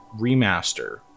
remaster